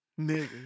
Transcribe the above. Nigga